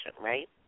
right